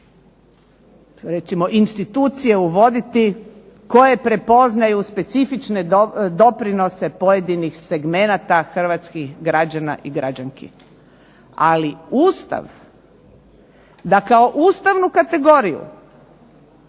recimo institucije uvoditi, koje prepoznaju specifične doprinose pojedinih segmenata Hrvatskih građana i građanki. Ali Ustav da kao Ustavnu kategoriju